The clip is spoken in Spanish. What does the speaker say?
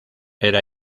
era